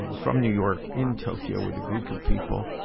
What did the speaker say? from new york in tokyo with a group of people.